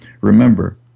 remember